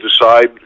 decide